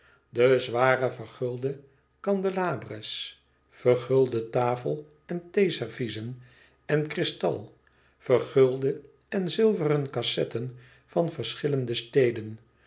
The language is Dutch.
de zware vergulde candelabres vergulde tafel en theeserviesen en kristal vergulde en zilveren cassetten van verschillende steden